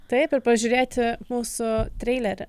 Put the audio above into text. taip ir pažiūrėti mūsų treilerį